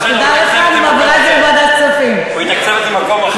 תדע לך, אני מעבירה את זה לוועדת כספים, מקום אחר.